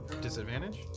Disadvantage